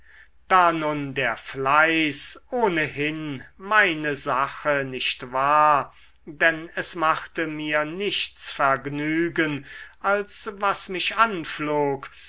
da nun der fleiß ohnehin meine sache nicht war denn es machte mir nichts vergnügen als was mich anflog